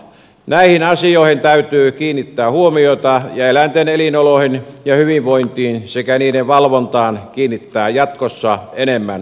näihin asioihin täytyy kiinnittää huomiota ja eläinten elinoloihin ja hyvinvointiin sekä niiden valvontaan täytyy kiinnittää jatkossa enemmän huomiota